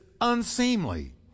unseemly